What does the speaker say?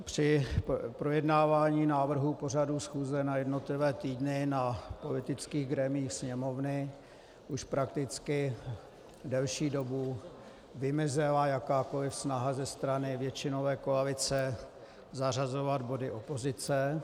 Při projednávání návrhu pořadu schůze na jednotlivé týdny na politických grémiích Sněmovny už prakticky delší dobu vymizela jakákoliv snaha ze strany většinové koalice zařazovat body opozice.